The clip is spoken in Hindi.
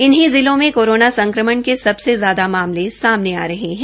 इन्हीं जिलों में कोरोना संक्रमण के सबसे ज्यादा मामले आ रहे हैं